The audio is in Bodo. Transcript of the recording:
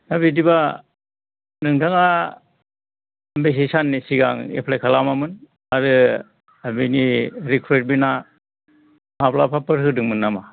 दा बिदिबा नोंथाङा बेसे साननि सिगां एप्लाय खालामामोन आरो बिनि रिक्रुइटमेन्ट आ माब्लाबाफोर होदोंमोन नामा